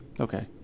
Okay